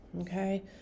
okay